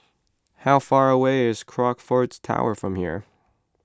how far away is Crockfords Tower from here